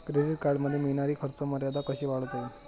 Credit कार्डमध्ये मिळणारी खर्च मर्यादा कशी वाढवता येईल?